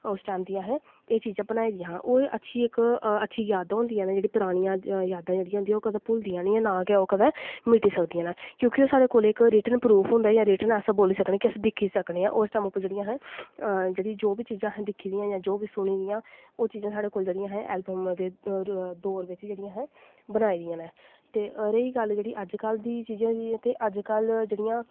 उस टैम दी असें एह् चीज़ां बनाई दियां हां ओह् अच्छी इक अच्छी यादां होंदियां न इक परानियां यादा जेह्कियां होंदियां ओह् कदैं भुलदियां निं नां ऐ ओह् कदैं मिटी सकदियां न क्योंकि ओह् इक साढ़े कोल रिटन प्रूफ होंदा जां रिटन अस बोली सकने कि अस दिक्खी सकने उस टैम जेह्ड़ियां असें जो बी चीज़ां असें दिक्खी दियां जां सुनी दियां चीज़ां जेह्ड़ियां असें ऐलवम दे दौर बिच्च जेह्ड़ियां असें बनाई दियां न ते रेही गल्ल अजकल्ल दी चीज़ें दी ते जेह्ड़ियां अजकल्ल